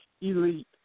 Elite